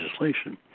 legislation